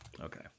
Okay